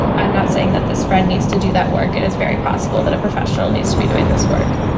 i'm not saying that this friend needs to do that work. it is very possible that a professional needs to be doing this work,